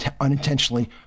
unintentionally